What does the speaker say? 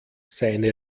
seine